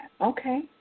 Okay